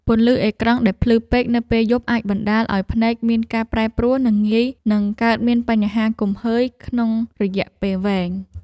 ពន្លឺអេក្រង់ដែលភ្លឺពេកនៅពេលយប់អាចបណ្ដាលឱ្យភ្នែកមានការប្រែប្រួលនិងងាយនឹងកើតមានបញ្ហាគំហើញក្នុងរយៈពេលវែង។